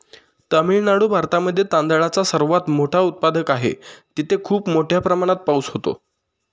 तामिळनाडू भारतामध्ये तांदळाचा सगळ्यात मोठा उत्पादक आहे, तिथे खूप मोठ्या प्रमाणात पाऊस होतो